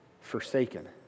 forsaken